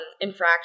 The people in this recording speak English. infraction